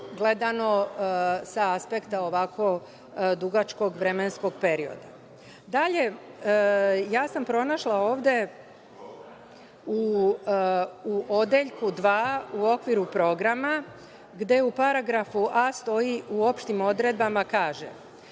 gledano sa aspekta ovako dugačkog vremenskog perioda. Pronašla sam ovde u Odeljku 2, u okviru Programa, gde u Paragrafu A stoji, u opštim odredbama kaže